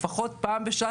לפחות פעם בשעה,